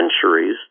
centuries